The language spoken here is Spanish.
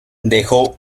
dejó